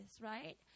right